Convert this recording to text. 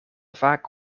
vaak